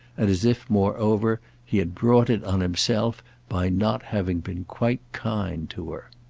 and as if moreover he had brought it on himself by not having been quite kind to her.